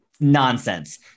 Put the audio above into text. Nonsense